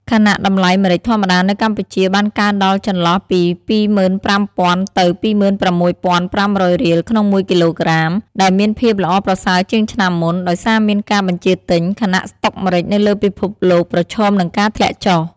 ខណៈតម្លៃម្រេចធម្មតានៅកម្ពុជាបានកើនដល់ចន្លោះពី ២៥០០០ ទៅ ២៦៥០០ រៀល ក្នុងមួយគីឡូក្រាម ដែលមានភាពល្អប្រសើរជាងឆ្នាំមុន ដោយសារមានការបញ្ជាទិញ ខណៈស្ដុកម្រេចនៅលើពិភពលោកប្រឈមនឹងការធ្លាក់ចុះ។